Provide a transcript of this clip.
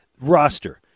roster